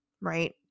right